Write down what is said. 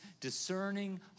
discerning